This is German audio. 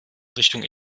richtung